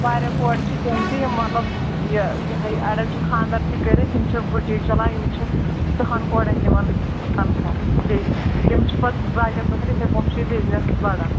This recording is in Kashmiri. واریاہ کورِ چھِ تِم تہِ یِم مطلب یہِ ہے اَڑٮ۪ن چھُ خانٛدر تہِ کٔرِتھ یِم چھِ بُٹیٖک چلان یِم چھِ دہن کورٮ۪ن دِوان تَنٛخاہ بیٚیہِ تِم چھِ پتہٕ باقیَن دٔہَن یِتھَے پٲٹھۍ چھُ یہِ بِزنس بَران